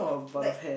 like